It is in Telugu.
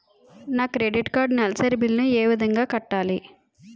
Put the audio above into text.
నా క్రెడిట్ కార్డ్ నెలసరి బిల్ ని ఏ విధంగా కట్టాలి?